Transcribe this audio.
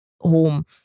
home